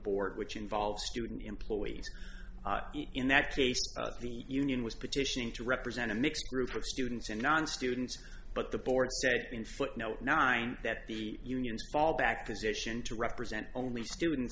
board which involves student employees in that case the union was petitioning to represent a mixed group of students and non students but the board state in footnote nine that the union's fallback position to represent only students